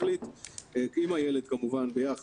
שהם קבוצת